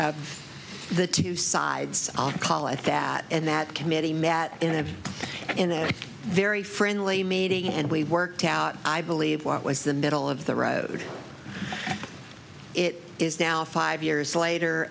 the two sides on call it that and that committee met in a in a very friendly meeting and we worked out i believe what was the middle of the road it is now five years later